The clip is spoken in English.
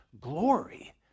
glory